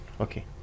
Okay